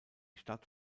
stadt